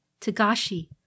Tagashi